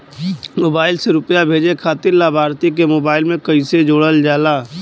Mobile से रूपया भेजे खातिर लाभार्थी के मोबाइल मे कईसे जोड़ल जाला?